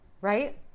right